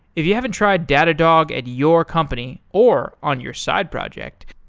if you haven't tried datadog at your company or on your side project,